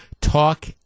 Talk